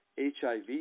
HIV